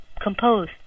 compose